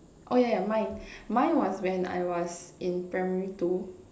oh yeah yeah mine mine was when I was in primary two